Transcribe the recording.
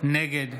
נגד